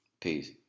peace